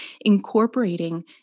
incorporating